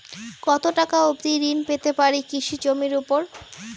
কত টাকা অবধি ঋণ পেতে পারি কৃষি জমির উপর?